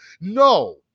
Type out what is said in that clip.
No